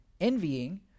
envying